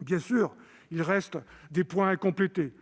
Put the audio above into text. bien sûr, des points à compléter.